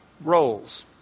roles